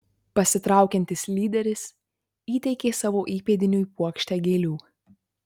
pasitraukiantis lyderis įteikė savo įpėdiniui puokštę gėlių